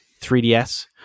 3DS